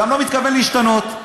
גם לא מתכוון להשתנות.